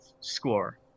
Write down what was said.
score